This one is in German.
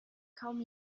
kaum